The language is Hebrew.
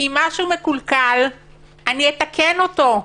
אם משהו מקולקל אני אתקן אותו.